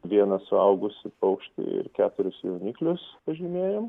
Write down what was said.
vieną suaugusį paukštį ir keturis jauniklius pažymėjom